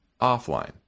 offline